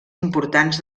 importants